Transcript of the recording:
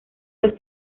los